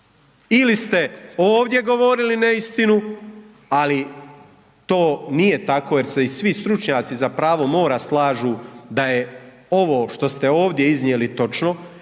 Ili ste ovdje govorili neistinu, ali to nije tako jer se i svi stručnjaci za pravo mora slažu da je ovo što ste ovdje iznijeli točno